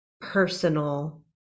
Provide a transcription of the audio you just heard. personal